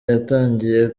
yatangiye